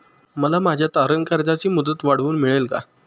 मला माझ्या तारण कर्जाची मुदत वाढवून मिळेल का?